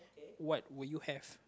what would you have